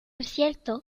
cierto